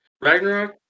Ragnarok